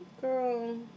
Girl